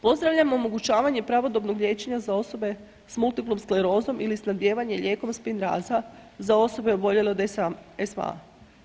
Pozdravljam omogućavanje pravodobnog liječenja za osobe s multiplom sklerozom ili snabdijevanje lijekova Spinraza za osobe oboljele od SA, SV-a.